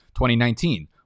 2019